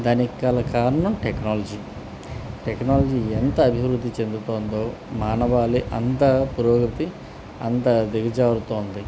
దానికి గల కారణం టెక్నాలజీ టెక్నాలజీ ఎంత అభివృద్ధి చెందుతుందో మానవాళి అంత పురోగతి అంత దిగుజారుతోంది